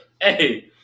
hey